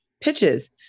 pitches